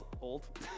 old